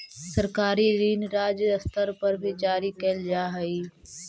सरकारी ऋण राज्य स्तर पर भी जारी कैल जा हई